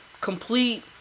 Complete